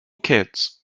kids